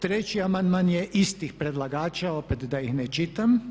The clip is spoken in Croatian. Treći amandman je istih predlagača opet da ih ne čitam.